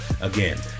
Again